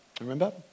Remember